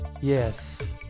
Yes